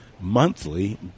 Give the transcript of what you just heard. monthly